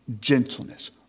gentleness